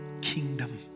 kingdom